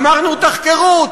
אמרנו: תחקרו,